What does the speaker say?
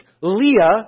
Leah